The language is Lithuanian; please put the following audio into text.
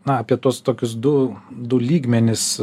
na apie tuos tokius du du lygmenis